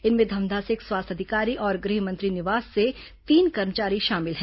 इनमें धमधा से एक स्वास्थ्य अधिकारी और गृह मंत्री निवास से तीन कर्मचारी शामिल हैं